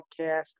podcast